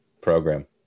program